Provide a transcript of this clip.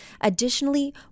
Additionally